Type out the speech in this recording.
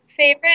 Favorite